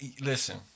listen